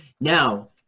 Now